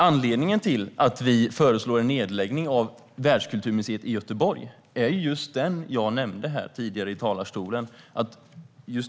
Anledningen till att vi föreslår en nedläggning av Världskulturmuseet i Göteborg är den jag nämnde tidigare i talarstolen.